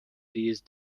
these